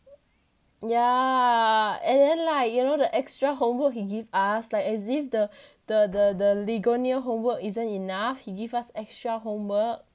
ya and then like you know the extra homework he give us like as if the the the the ligonier homework isn't enough he gave us extra homework